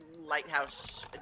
lighthouse